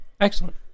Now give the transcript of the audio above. Excellent